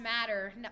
Matter